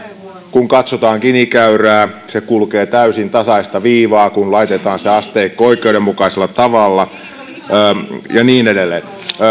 kun katsotaan gini käyrää se kulkee täysin tasaista viivaa kun laitetaan se asteikko oikeudenmukaisella tavalla ja niin edelleen